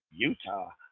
utah?